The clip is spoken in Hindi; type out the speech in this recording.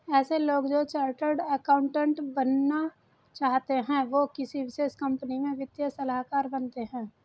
ऐसे लोग जो चार्टर्ड अकाउन्टन्ट बनना चाहते है वो किसी विशेष कंपनी में वित्तीय सलाहकार बनते हैं